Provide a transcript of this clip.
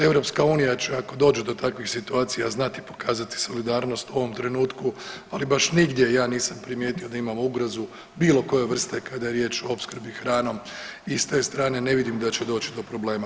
EU će ako dođe do takvih situacija znati pokazati solidarnost u ovom trenutku ali baš nigdje ja nisam primijetio da imamo ugrozu bilo koje vrste kada je riječ o opskrbi hranom i s te strane ne vidim da će doć do problema.